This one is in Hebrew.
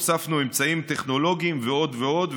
הוספנו אמצעים טכנולוגיים ועוד ועוד.